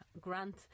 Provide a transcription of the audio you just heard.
grant